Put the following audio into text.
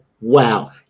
Wow